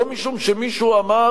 לא משום שמישהו אמר: